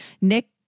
Nick